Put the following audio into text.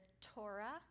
Torah